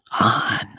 on